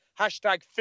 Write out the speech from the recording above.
hashtag